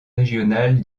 régional